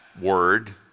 word